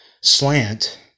slant